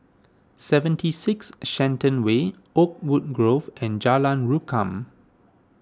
seventy six Shenton Way Oakwood Grove and Jalan Rukam